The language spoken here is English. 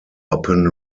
upon